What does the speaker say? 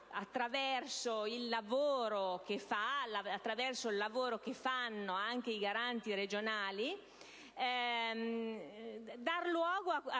Attraverso il lavoro che fanno anche i Garanti regionali si potrà dar luogo a